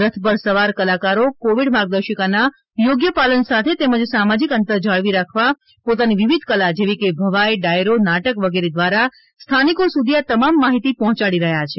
રથ પર સવાર કલાકારો કોવિડ માર્ગદર્શિકાના યોગ્ય પાલન સાથે તેમજ સામાજિક અંતર જાળવી પોતાની વિવિધ કલા જેવી કે ભવાઈ ડાયરો નાટક વગેરે દ્વારા સ્થાનિકો સુધી આ તમામ માહિતી પહોંચાડી રહ્યા છે